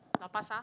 lau-pa-sat